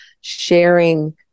sharing